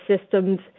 system's